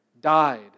Died